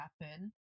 happen